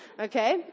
okay